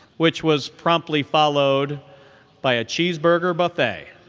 which was promptly followed by a cheeseburger buffet.